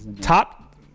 top